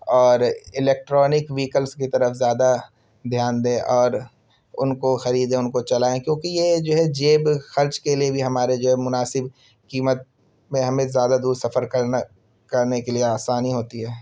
اور electronic vehicles کی طرف زیادہ دھیان دے اور ان کو خریدیں ان کو چلائیں کیونکہ یہ جو ہے جیب خرچ کے لیے بھی ہمارے جو ہے مناسب قیمت میں ہمیں زیادہ دور سفر کرنا کرنے کے لیے آسان ہوتی ہے